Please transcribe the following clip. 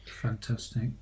Fantastic